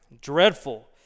dreadful